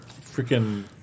Freaking